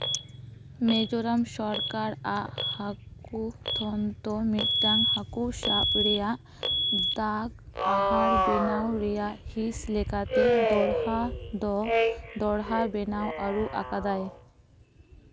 ᱢᱤᱡᱳᱨᱟᱢ ᱥᱚᱨᱠᱟᱨ ᱟᱜ ᱦᱟᱹᱠᱩ ᱛᱷᱚᱱᱚᱛ ᱢᱤᱫᱴᱟᱝ ᱦᱟᱹᱠᱩ ᱥᱟᱵ ᱨᱮᱭᱟᱜ ᱫᱟᱜ ᱟᱦᱟᱨ ᱵᱮᱱᱟᱣ ᱨᱮᱭᱟᱜ ᱦᱤᱸᱥ ᱞᱮᱠᱟᱛᱮ ᱫᱚᱦᱲᱟ ᱫᱚ ᱫᱚᱦᱲᱟ ᱵᱮᱱᱟᱣ ᱟᱹᱨᱩ ᱟᱠᱟᱫᱟᱭ